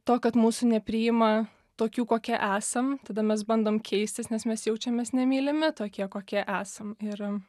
to kad mūsų nepriima tokių kokie esam tada mes bandom keistis nes mes jaučiamės nemylimi tokie kokie esam ir